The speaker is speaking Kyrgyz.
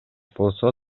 болсо